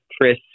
chris